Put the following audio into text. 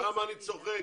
סתם אני צוחק.